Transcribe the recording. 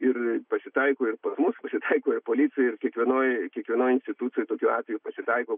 ir pasitaiko ir pas mus pasitaiko ir policijoj ir kiekvienoj kiekvienoj institucijoj tokių atvejų pasitaiko